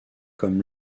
comme